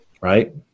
right